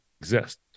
exist